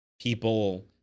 people